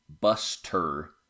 Buster